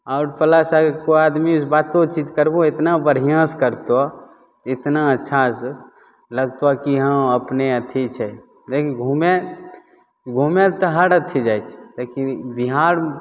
आओर प्लस अगर कोइ आदमीसे बातोचीत करबहो एतना बढ़िआँसे करतऽ एतना अच्छासे लगतऽ कि हँ अपने अथी छै लेकिन घुमै घुमै तऽ हर अथी जाइ छै लेकिन बिहार